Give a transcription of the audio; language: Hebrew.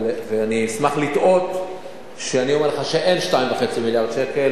ואני אשמח לטעות כשאני אומר לך שאין 2.5 מיליארד שקל.